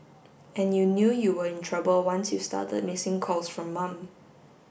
and you knew you were in trouble once you started missing calls from mum